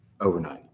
overnight